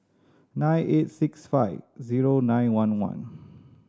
nine eight six five zero nine one one